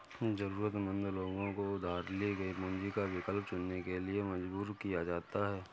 जरूरतमंद लोगों को उधार ली गई पूंजी का विकल्प चुनने के लिए मजबूर किया जाता है